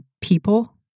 people